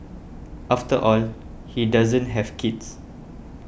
after all he doesn't have kids